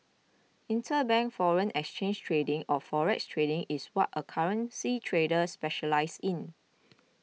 interbank foreign exchange trading or forex trading is what a currency trader specialises in